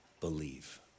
Believe